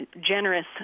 generous